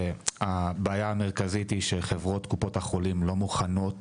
הבעיה המרכזית היא שחברות קופות החולים לא מוכנות